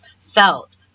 felt